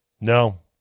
No